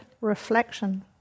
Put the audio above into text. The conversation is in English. reflection